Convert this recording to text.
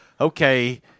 okay